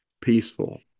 Peaceful